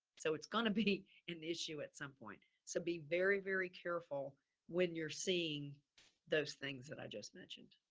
so it's gonna be an issue at some point. so be very, very careful when you're seeing those things that i just mentioned.